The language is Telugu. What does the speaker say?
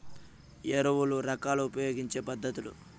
ఎరువుల రకాలు ఉపయోగించే పద్ధతులు?